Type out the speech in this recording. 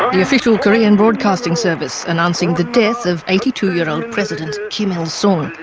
um the official korean broadcasting service announcing the death of eighty two year old president kim il-sung.